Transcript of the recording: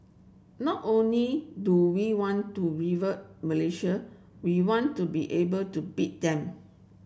not only do we want to rival Malaysia we want to be able to beat them